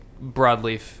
broadleaf